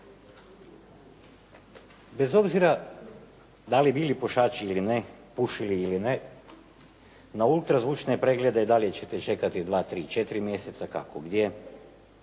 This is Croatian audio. Bez obzira da li bili pušači ili ne, pušili ili ne na ultrazvučne preglede i dalje ćete čekati 2, 3, 4 mjeseca, kako gdje.